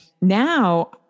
now